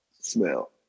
smell